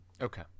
Okay